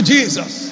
Jesus